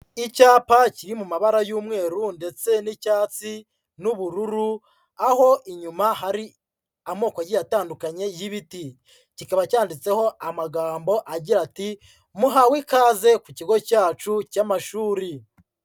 Icyapa kiri mu mabara y'umweru ndetse n'icyatsi n'ubururu, aho inyuma hari amoko agiye atandukanye y'ibiti, kikaba cyanditseho amagambo agira ati: "Muhawe ikaze ku kigo cyacu cy'amashuri."